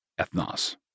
ethnos